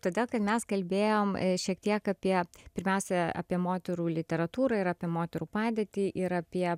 todėl kad mes kalbėjom šiek tiek apie pirmiausia apie moterų literatūrą ir apie moterų padėtį ir apie